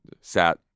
sat